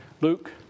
Luke